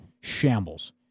shambles